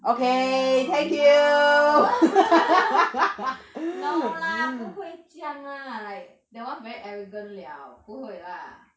no no no lah 不会这样 lah like that [one] very arrogant liao 不会 lah